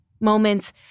Moments